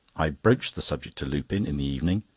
i broached the subject to lupin in the evening,